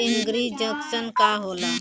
एगरी junction का होला?